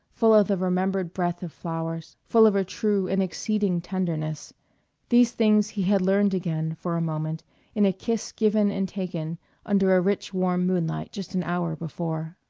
full of the remembered breath of flowers, full of a true and exceeding tenderness these things he had learned again for a moment in a kiss given and taken under a rich warm moonlight just an hour before.